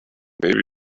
maybe